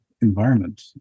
environment